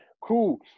cool